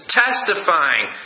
testifying